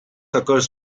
occurs